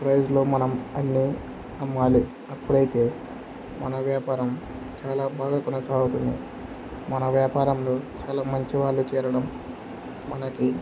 ప్రైస్లో మనం అన్ని అమ్మాలి అప్పుడైతే మన వ్యాపారం చాలా బాగా కొనస అగుతుంది మన వ్యాపారంలో చాలా మంచివాళ్ళు చేరడం మనకి